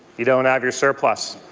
you don't have your surplus.